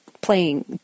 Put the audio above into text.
playing